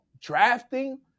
drafting